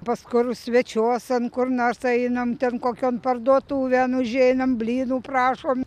paskur svečiuosan kur nors einam ten kokion parduotuvėn užeinam blynų prašom